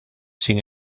sin